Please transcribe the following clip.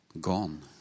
gone